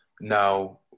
Now